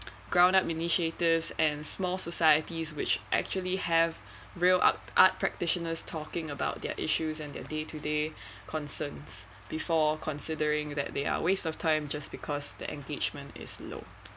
ground up initiatives and small societies which actually have real art art practitioners talking about their issues and their day to day concerns before considering that they are waste of time just because the engagement is low